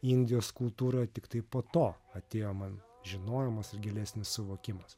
indijos kultūroje tiktai po to atėjo man žinojimas ir gilesnis suvokimas